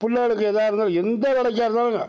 புள்ளைகளுக்கு எதாக இருந்தாலும் எந்த கடைக்காக இருந்தாலும்ங்க